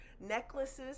necklaces